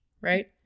right